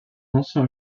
ancien